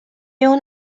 اون